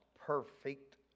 perfect